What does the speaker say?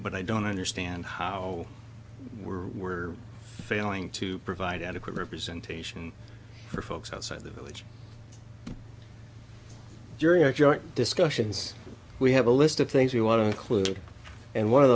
but i don't understand how we're failing to provide adequate representation for folks outside the village during our joint discussions we have a list of things we want to include and one of